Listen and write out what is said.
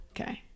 Okay